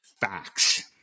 facts